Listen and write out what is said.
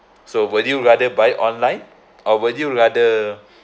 so would you rather buy online or would you rather